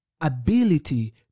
ability